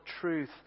truth